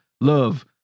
love